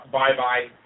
bye-bye